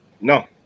No